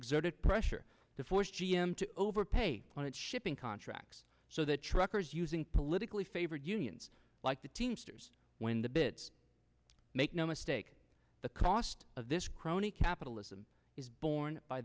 exerted pressure to force g m to overpay when it shipping contracts so that truckers using politically favored unions like the teamsters when the bits make no mistake the cost of this crony capitalism is borne by